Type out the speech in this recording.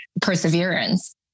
perseverance